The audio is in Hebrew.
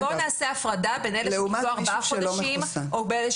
לעומת מישהו שלא מחוסן.